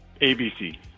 ABC